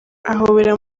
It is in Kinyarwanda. ahobera